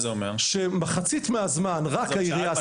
כשמחצית מהזמן רק העירייה עסקה בה.